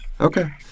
Okay